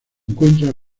encuentra